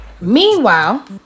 Meanwhile